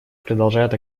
продолжает